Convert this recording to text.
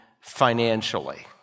financially